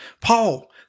Paul